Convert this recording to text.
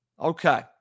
Okay